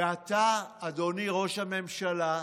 ואתה, אדוני ראש הממשלה,